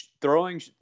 throwing